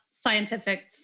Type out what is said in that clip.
scientific